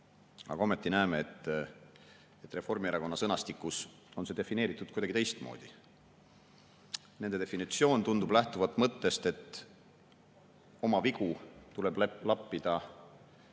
Aga ometi näeme, et Reformierakonna sõnastikus on see defineeritud kuidagi teistmoodi. Nende definitsioon tundub lähtuvat mõttest, et oma vigu tuleb lappida, sõltumata